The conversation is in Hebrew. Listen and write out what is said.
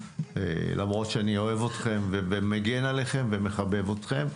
למרות שאני אוהב אתכם ומגן עליכם ומחבב אתכם.